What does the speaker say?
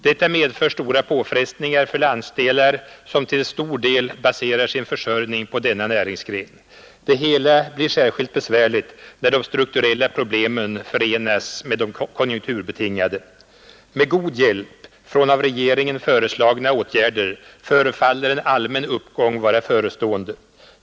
Detta medför stora påfrestningar för landsdelar som till stor del baserar sin försörjning på denna näringsgren. Det hela blir särskilt besvärligt när de strukturella problemen förenas med de konjunkturbetingade. Med god hjälp från av regeringen föreslagna åtgärder förefaller en allmän uppgång vara förestående.